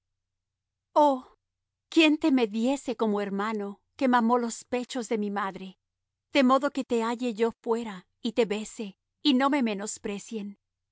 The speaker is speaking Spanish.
quién te me diese como hermano que mamó los pechos de mi madre de modo que te halle yo fuera y te bese y no me menosprecien